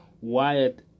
Wyatt